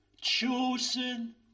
Chosen